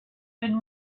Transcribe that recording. been